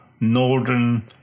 Northern